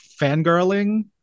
fangirling